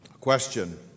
Question